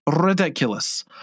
Ridiculous